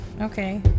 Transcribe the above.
Okay